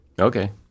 Okay